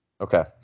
Okay